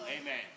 Amen